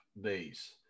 days